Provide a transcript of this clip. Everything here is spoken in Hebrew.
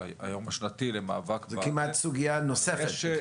השנתי למאבק --- זו כמעט סוגייה נוספת.